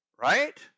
Right